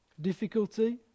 Difficulty